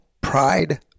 Pride